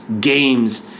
games